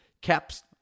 caps